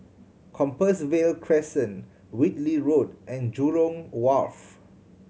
Compassvale Crescent Whitley Road and Jurong Wharf